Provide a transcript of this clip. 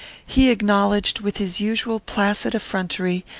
he acknowledged, with his usual placid effrontery,